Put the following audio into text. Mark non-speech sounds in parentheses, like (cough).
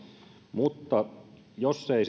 mutta jos ei (unintelligible)